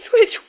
switch